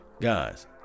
guys